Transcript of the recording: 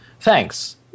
Thanks